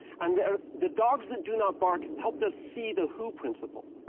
and the the dogs that do not bark helped us see the who principle.